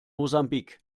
mosambik